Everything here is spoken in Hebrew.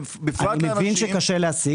בפרט לאנשים --- אני מבין שקשה להשיג,